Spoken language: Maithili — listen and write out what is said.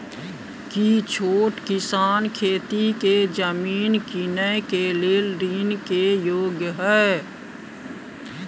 की छोट किसान खेती के जमीन कीनय के लेल ऋण के योग्य हय?